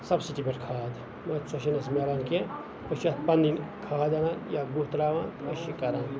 subsidy پیٚٹھ کھاد مَگَر سۄ چھَنہٕ اَسہِ ملان کینٛہہ أسۍ چھِ اَتھ پَنٕنۍ کھاد اَنان یا گُہہ ترٛاوان أسۍ چھِ یہِ کَران